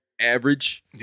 average